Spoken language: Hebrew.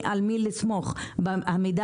עלייה של 170%. אז אמרנו,